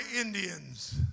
Indians